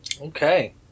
Okay